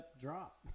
drop